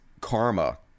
Karma